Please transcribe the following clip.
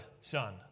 son